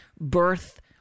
birth